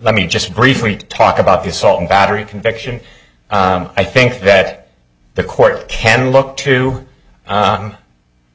let me just briefly talk about the assault and battery conviction i think that the court can look to